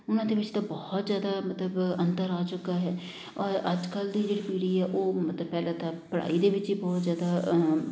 ਉਹਨਾਂ ਦੇ ਵਿੱਚ ਤਾਂ ਬਹੁਤ ਜ਼ਿਆਦਾ ਮਤਲਬ ਅੰਤਰ ਆ ਚੁੱਕਾ ਹੈ ਔਰ ਅੱਜ ਕੱਲ੍ਹ ਦੀ ਜਿਹੜੀ ਪੀੜੀ ਆ ਉਹ ਮਤਲਬ ਪਹਿਲਾਂ ਤਾਂ ਪੜ੍ਹਾਈ ਦੇ ਵਿੱਚ ਹੀ ਬਹੁਤ ਜ਼ਿਆਦਾ